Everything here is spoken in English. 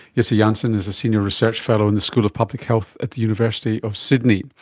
jesse jansen is a senior research fellow in the school of public health at the university of sydney.